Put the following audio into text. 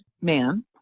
man